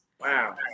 Wow